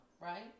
right